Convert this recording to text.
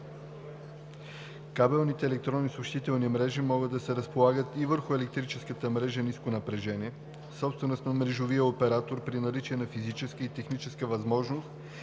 Кабелните електронни съобщителни мрежи могат да се разполагат и върху електрическа мрежа ниско напрежение, собственост на мрежовия оператор, при наличие на физическа и техническа възможност